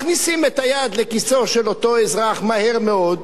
מכניסים את היד לכיסו של אותו אזרח מהר מאוד,